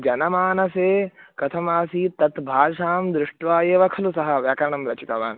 जनमानसे कथमासीत् तत् भाषां दृष्ट्वा एव खलु सः व्याकरणं रचितवान्